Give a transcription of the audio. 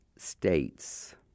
states